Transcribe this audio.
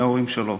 מההורים שלו.